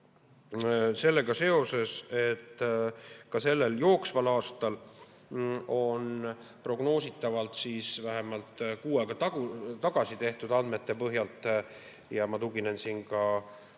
sellega seoses, et ka jooksval aastal on prognoositavalt – vähemalt kuu aega tagasi esitatud andmete põhjal, ma tuginen siin ka